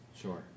Sure